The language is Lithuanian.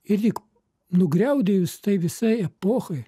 ir lyg nugriaudėjus tai visai epochai